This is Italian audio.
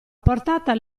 portata